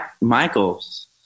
Michaels